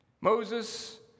Moses